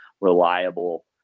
reliable